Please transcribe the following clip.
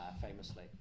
famously